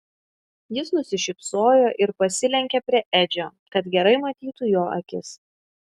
jis nusišypsojo ir pasilenkė prie edžio kad gerai matytų jo akis